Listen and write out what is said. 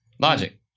Logic